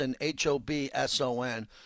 H-O-B-S-O-N